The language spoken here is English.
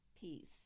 peace